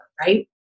right